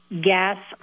gas